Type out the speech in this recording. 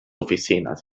oficines